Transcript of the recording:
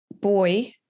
boy